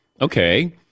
Okay